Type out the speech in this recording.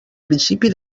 principi